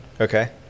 Okay